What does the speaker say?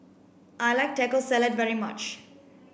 I like Taco Salad very much